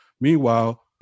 Meanwhile